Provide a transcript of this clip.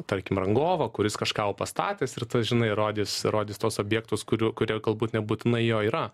tarkim rangovą kuris kažką jau pastatęs ir tas žinai rodys rodys tuos objektus kurių kurie galbūt nebūtinai jo yra